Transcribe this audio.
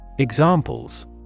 Examples